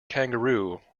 kangaroo